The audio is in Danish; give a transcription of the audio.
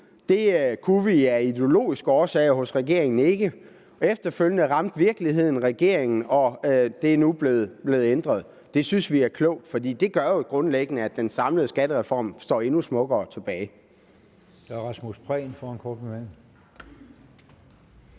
Det kunne vi af ideologiske årsager hos regeringen ikke. Efterfølgende ramte virkeligheden regeringen, og det er nu blevet ændret. Det synes vi er klogt, for det gør jo grundlæggende, at den samlede skattereform står endnu smukkere tilbage.